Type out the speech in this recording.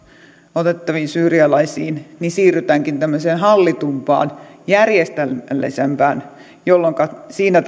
otettaviin syyrialaisiin siirrytäänkin tämmöiseen hallitumpaan järjestelmällisempään jolloinka siinä